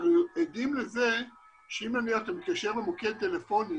אנחנו עדים לכך שאם במוקד טלפוני